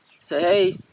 Say